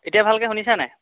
এতিয়া ভালকৈ শুনিছা নাই